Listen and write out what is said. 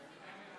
תודה רבה,